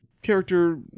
Character